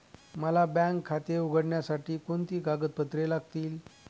मला बँक खाते उघडण्यासाठी कोणती कागदपत्रे लागतील?